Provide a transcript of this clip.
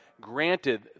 granted